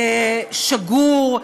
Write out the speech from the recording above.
שגור,